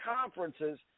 conferences